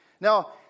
Now